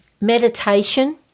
Meditation